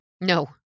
No